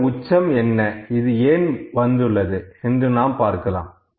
இது உச்சம் என்ன இது ஏன் வந்துள்ளது என்று நாம் பார்க்கலாம்